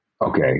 Okay